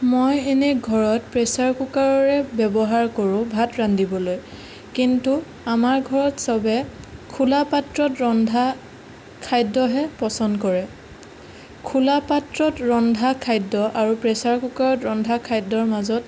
মই এনেই ঘৰত প্ৰেছাৰ কুকাৰৰে ব্যৱহাৰ কৰোঁ ভাত ৰান্ধিবলৈ কিন্তু আমাৰ ঘৰত সবে খোলা পাত্ৰত ৰন্ধা খাদ্যহে পচন্দ কৰে খোলা পাত্ৰত ৰন্ধা খাদ্য আৰু প্ৰেছাৰ কুকাৰত ৰন্ধা খাদ্যৰ মাজত